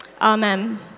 Amen